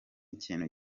ikintu